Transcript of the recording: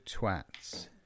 Twats